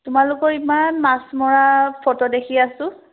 তোমালোকৰ ইমান মাছ মৰা ফটো দেখি আছোঁ